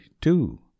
two